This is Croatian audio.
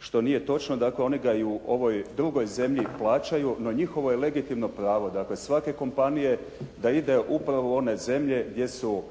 Što nije točno. Dakle, one ga i u ovoj drugoj zemlji plaćaju. No njihovo je legitimno pravo, dakle svake kompanije, da ide upravo u one zemlje gdje su